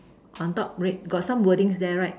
on top red got some wordings there right